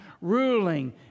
ruling